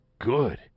good